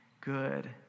good